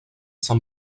san